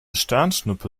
sternschnuppe